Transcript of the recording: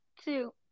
two